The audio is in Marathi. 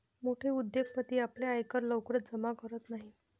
मोठे उद्योगपती आपला आयकर लवकर जमा करत नाहीत